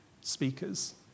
speakers